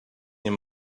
near